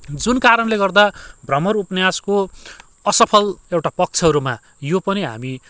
जुन कारणले गर्दा भ्रमर उपन्यासको असफल एउटा पक्षहरूमा यो पनि हामी